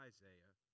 Isaiah